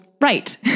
right